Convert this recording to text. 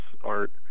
art